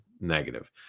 Negative